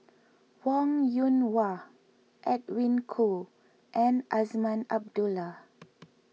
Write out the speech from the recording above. Wong Yoon Wah Edwin Koo and Azman Abdullah